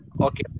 Okay